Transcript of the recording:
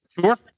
Sure